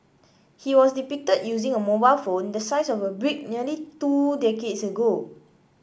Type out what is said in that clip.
he was depicted using a mobile phone the size of a brick nearly two decades ago